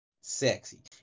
Sexy